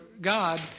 God